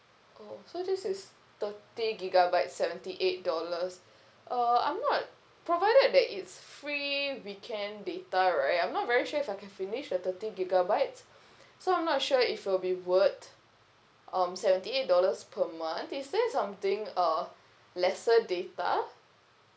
oh so this is thirty gigabytes seventy eight dollars uh I'm not provided that it's free weekend data right I'm not very sure if I can finish the thirty gigabytes so I'm not sure if it'll be worth um seventy eight dollars per month is there something uh lesser data